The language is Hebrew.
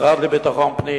המשרד לביטחון פנים,